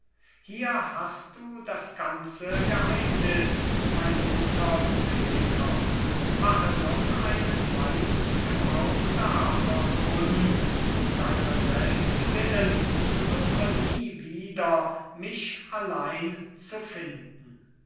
hier hast du das ganze geheimniß mein guter cyniker mache nun einen weisen gebrauch davon und um deiner selbst willen such nie wieder mich allein zu finden